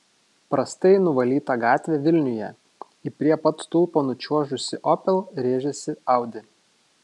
prastai nuvalyta gatvė vilniuje į prie pat stulpo nučiuožusį opel rėžėsi audi